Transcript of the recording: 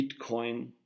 Bitcoin